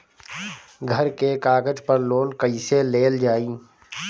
घर के कागज पर लोन कईसे लेल जाई?